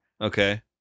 Okay